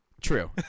True